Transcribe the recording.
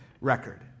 record